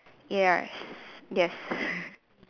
yes yes